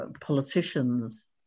politicians